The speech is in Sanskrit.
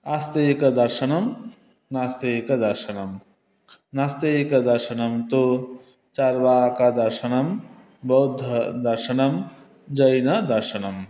आस्तिकदर्शनं नास्तिकदर्शनं नास्तिकदर्शनं तु चार्वाकदर्शनं बौद्धदर्शनं जैनदर्शनम्